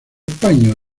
paño